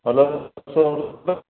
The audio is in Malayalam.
ഹലോ